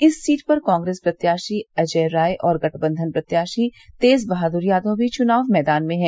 इस सीट पर कांग्रेस प्रत्याशी अजय राय और गठबंधन प्रत्याशी तेज बहादुर यादव भी चुनाव मैदान में हैं